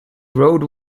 road